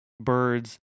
birds